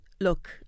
look